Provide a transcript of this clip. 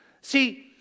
See